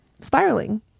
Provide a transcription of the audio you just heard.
spiraling